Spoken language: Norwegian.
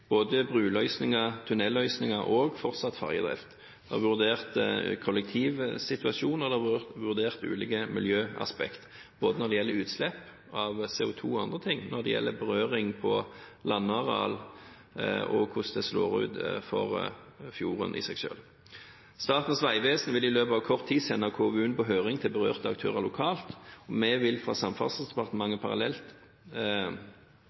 tunnelløsninger og fortsatt fergedrift. De har vurdert kollektivsituasjonen og ulike miljøaspekter, både når det gjelder utslipp av CO2 og andre ting, og når det gjelder berøring av landareal og hvordan det slår ut for fjorden i seg selv. Statens vegvesen vil i løpet av kort tid sende KVU-en på høring til berørte aktører lokalt. Vi vil fra